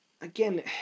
again